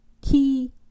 key